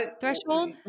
threshold